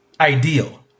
ideal